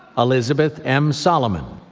alizabeth m. solomon.